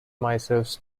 myself